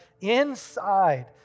inside